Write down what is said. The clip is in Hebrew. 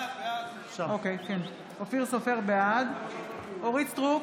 בעד אורית מלכה סטרוק,